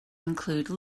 include